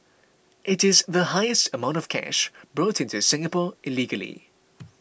it is the highest amount of cash brought into Singapore illegally